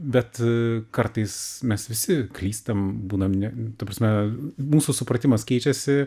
bet kartais mes visi klystam būnam ne ta prasme mūsų supratimas keičiasi